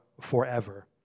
forever